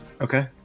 okay